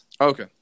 Okay